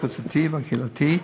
הקבוצתי והקהילתי,